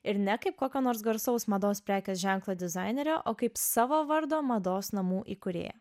ir ne kaip kokio nors garsaus mados prekės ženklo dizainerė o kaip savo vardo mados namų įkūrėja